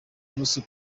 prosper